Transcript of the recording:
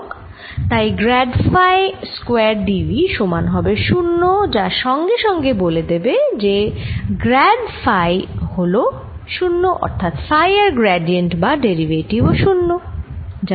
তাই grad phi square d V সমান হবে 0 যা সঙ্গে সঙ্গে বলে দেবে যে গ্র্যাড ফাই হল 0 অর্থাৎ ফাই এর গ্র্যাডিএন্ট বা ডেরিভেটিভ 0